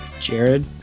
Jared